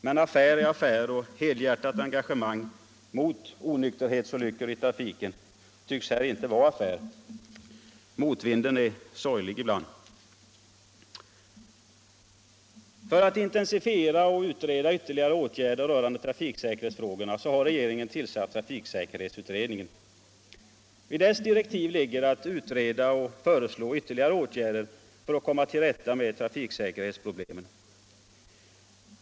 Men affär är affär, och helhjärtat engagemang mot onykterhetsolyckor i trafiken tycks här inte vara affär. Motvinden är sorglig ibland. För att intensifiera och utreda ytterligare åtgärder rörande trafiksäkerhetsfrågorna har regeringen tillsatt trafiksäkerhetsutredningen. I dess direktiv ligger att utreda och föreslå ytterligare åtgärder för att komma till rätta med trafiksäkerhetsproblemen.